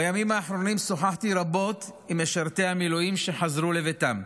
בימים האחרונים שוחחתי רבות עם משרתי המילואים שחזרו לביתם.